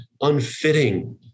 unfitting